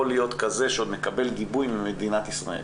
להיות כזה שעוד מקבל גיבוי ממדינת ישראל.